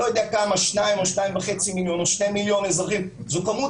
שניים או שניים וחצי מיליון אזרחים וזו כמות